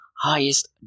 highest